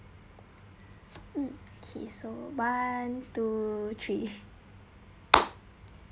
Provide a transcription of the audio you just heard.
mm okay so one two three